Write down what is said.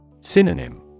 Synonym